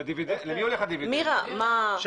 של